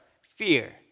fear